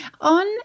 On